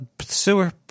sewer